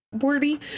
wordy